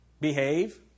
Behave